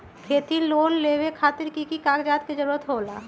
खेती लोन लेबे खातिर की की कागजात के जरूरत होला?